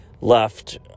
left